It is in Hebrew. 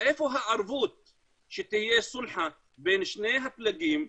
איפה הערבות שתהיה סולחה בין שני הפלגים,